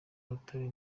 rutare